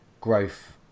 growth